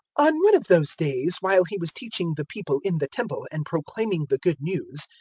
on one of those days while he was teaching the people in the temple and proclaiming the good news,